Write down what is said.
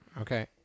Okay